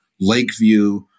Lakeview